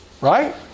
Right